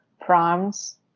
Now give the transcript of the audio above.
proms